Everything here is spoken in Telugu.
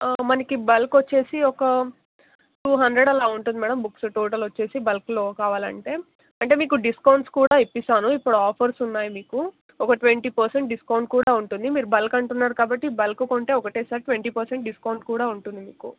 మనకు బల్క్ వచ్చి ఒక టూ హండ్రెడ్ అలా ఉంటుంది మ్యాడమ్ బుక్స్ టోటల్ వచ్చి బల్క్లో కావాలంటే అంటే మీకు డిస్కౌంట్స్ కూడా ఇస్తాను ఇప్పుడు ఆఫర్సు ఉన్నాయి మీకు ఒక ట్వంటీ పర్సెంట్ డిస్కౌంట్ కూడా ఉంటుంది మీరు బల్క్ అంటున్నారు కాబట్టి బల్కు కొంటే ఒకటేసారి ట్వంటీ పర్సెంట్ డిస్కౌంట్ కూడా ఉంటుంది మీకు